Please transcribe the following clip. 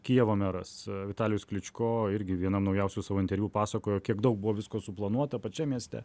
kijevo meras vitalijus kličko irgi vienam naujausių savo interviu pasakojo kiek daug buvo visko suplanuota pačiam mieste